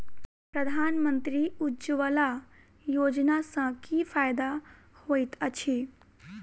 प्रधानमंत्री उज्जवला योजना सँ की फायदा होइत अछि?